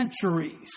centuries